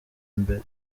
mbere